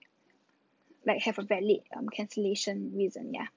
like have a valid um cancellation reason yeah